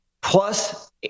plus